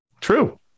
True